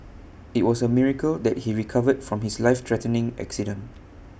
IT was A miracle that he recovered from his life threatening accident